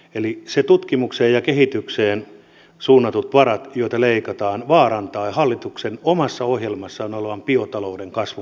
eli ne tutkimukseen ja kehitykseen suunnatut varat joita leikataan vaarantavat hallituksen omassa ohjelmassaan olevan biotalouden kasvun mahdollisuudet